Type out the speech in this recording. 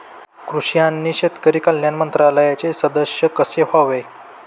कृषी आणि शेतकरी कल्याण मंत्रालयाचे सदस्य कसे व्हावे?